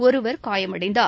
ஒருவர் காயமடைந்தார்